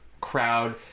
crowd